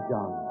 John